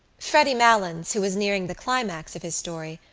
freddy malins, who was nearing the climax of his story,